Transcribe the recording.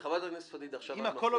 חברים,